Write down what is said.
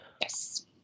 Yes